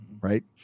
right